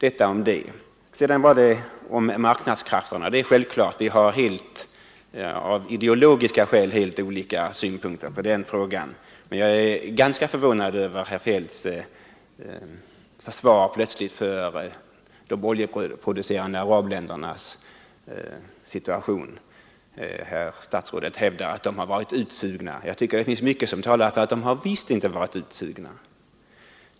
När det gäller marknadskrafterna har vi av ideologiska skäl helt olika synpunkter. Men jag är ganska förvånad över herr Feldts plötsliga försvar för de oljeproducerande ländernas agerande. Herr statsrådet hävdar att de har varit utsugna. Jag tycker mycket talar för att de visst inte varit utsugna.